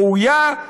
ראויה,